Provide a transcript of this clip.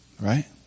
right